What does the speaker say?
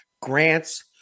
grants